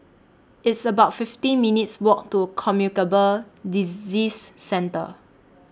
It's about fifty minutes' Walk to Communicable Disease Centre